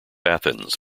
athens